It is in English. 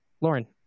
Lauren